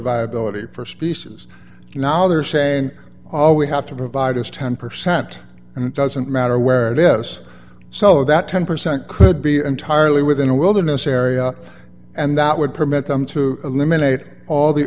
viability for species now they're saying all we have to provide is ten percent and it doesn't matter where it is so that ten percent could be entirely within a wilderness area and that would permit them to eliminate all the